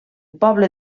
poble